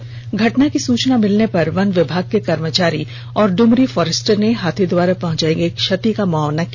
इस घटना की सूचना मिलने पर वन विभाग के कर्मचारी और डुमरी फोरेस्टर ने हाथी द्वारा पहुंचायी गयी क्षति का मुआयना किया